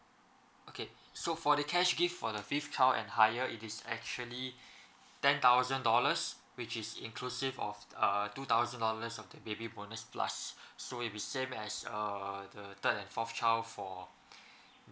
okay so for the cash gift for the fifth child and higher it is actually ten thousand dollars which is inclusive of uh two thousand dollars of the baby bonus plus so it will be same as uh the third and fourth child for